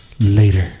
Later